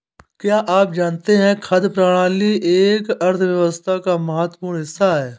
क्या आप जानते है खाद्य प्रणाली एक अर्थव्यवस्था का महत्वपूर्ण हिस्सा है?